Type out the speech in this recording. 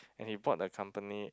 and he bought the company